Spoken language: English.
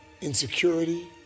insecurity